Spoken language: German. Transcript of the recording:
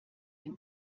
dem